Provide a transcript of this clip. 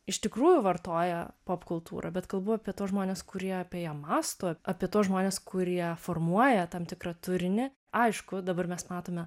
iš tikrųjų vartoja popkultūrą bet kalbu apie tuos žmones kurie apie ją mąsto apie tuos žmones kurie formuoja tam tikrą turinį aišku dabar mes matome